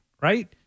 right